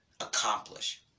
accomplish